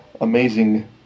amazing